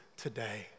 Today